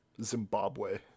Zimbabwe